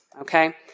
Okay